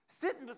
sitting